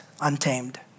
untamed